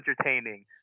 entertaining